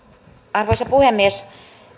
arvoisa puhemies